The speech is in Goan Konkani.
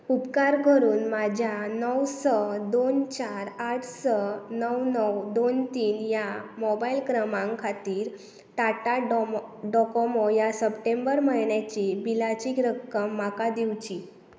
उपकार करून म्हज्या णव स दोन चार आठ स णव णव दोन तीन ह्या मोबायल क्रमांक खातीर टाटा डोमो डॉकोमो ह्या सप्टेंबर म्हयन्याची बिलाची रक्कम म्हाका दिवची